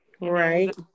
right